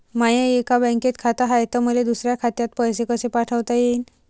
माय एका बँकेत खात हाय, त मले दुसऱ्या खात्यात पैसे कसे पाठवता येईन?